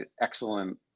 excellent